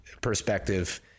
perspective